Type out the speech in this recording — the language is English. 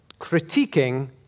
critiquing